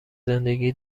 زندگی